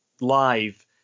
live